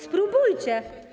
Spróbujcie.